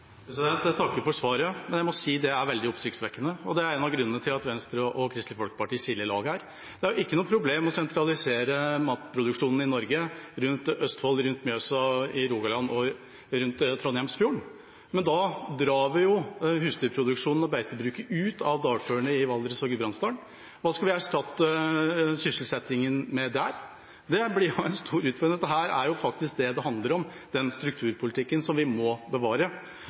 Jeg takker for svaret, men jeg må si det er veldig oppsiktsvekkende. Det er en av grunnene til at Venstre og Kristelig Folkeparti skiller lag her. Det er ikke noe problem å sentralisere matproduksjonen i Norge i Østfold, rundt Mjøsa, i Rogaland og rundt Trondheimsfjorden, men da drar vi jo husdyrproduksjonen og beitebruket ut av dalførene i Valdres og Gudbrandsdalen. Hva skal vi erstatte sysselsettingen med der? Det blir en stor utfordring. Det er faktisk det dette handler om – strukturpolitikken, som vi må bevare.